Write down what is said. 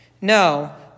No